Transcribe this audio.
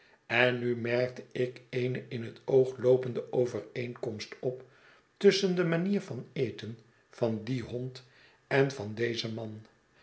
en nu merkte ik eene in het oog loopende overeenkomst op tusschen de manier van eten van dien hond en van dezen man